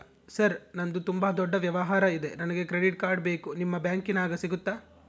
Sir ನಂದು ತುಂಬಾ ದೊಡ್ಡ ವ್ಯವಹಾರ ಇದೆ ನನಗೆ ಕ್ರೆಡಿಟ್ ಕಾರ್ಡ್ ಬೇಕು ನಿಮ್ಮ ಬ್ಯಾಂಕಿನ್ಯಾಗ ಸಿಗುತ್ತಾ?